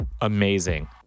amazing